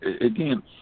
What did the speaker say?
again